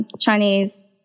Chinese